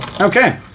Okay